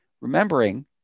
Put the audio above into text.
remembering